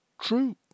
true